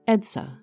Edsa